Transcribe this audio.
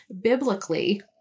biblically